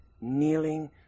kneeling